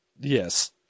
yes